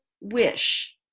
wish